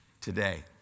today